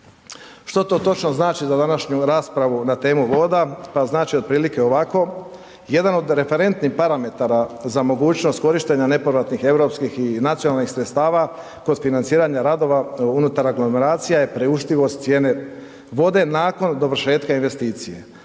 Što to točno znači za današnju raspravu na temu voda, pa znači otprilike ovako. Jedan od referentnih parametara za mogućnost korištenja nepovratnih europskih i nacionalnih sredstava kroz financiranje radova unutar aglomeracija je priuštivost cijene vode nakon dovršetka investicije.